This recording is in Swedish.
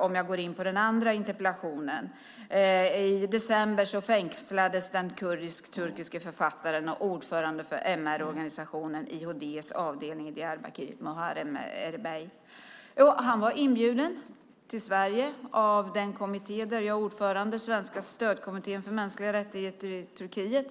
Om jag går in på den andra interpellationen handlar det om att i december fängslades den kurdisk-turkiske författaren och ordföranden för MR-organisationen IHD:s avdelning i Diyarbakir, Muharrem Erbey. Han var inbjuden till Sverige av den kommitté där jag är ordförande, Svenska stödkommittén för mänskliga rättigheter i Turkiet,